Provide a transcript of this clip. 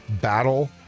battle